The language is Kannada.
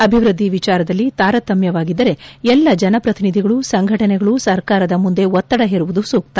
ಅಭಿವೃದ್ದಿ ವಿಚಾರದಲ್ಲಿ ತಾರತಮ್ಮವಾಗಿದ್ದರೆ ಎಲ್ಲ ಜನಶ್ರತಿನಿಧಿಗಳು ಸಂಘಟನೆಗಳು ಸರಕಾರದ ಮುಂದೆ ಒತ್ತಡ ಹೇರುವುದು ಸೂಕ್ತ